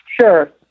Sure